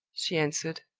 she answered,